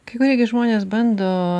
kai kurie gi žmonės bando